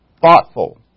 Thoughtful